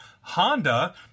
Honda